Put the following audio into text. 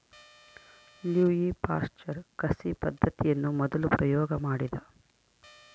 Louis Pasteur ಕಸಿ ಪದ್ದತಿಯನ್ನು ಮೊದಲು ಪ್ರಯೋಗ ಮಾಡಿದ